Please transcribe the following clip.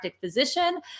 physician